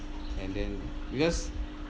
and then because